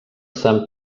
sant